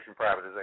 privatization